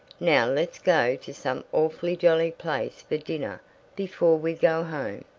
now let's go to some awfully jolly place for dinner before we go home.